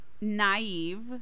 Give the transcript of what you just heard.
naive